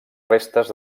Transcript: restes